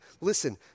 Listen